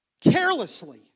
carelessly